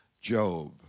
Job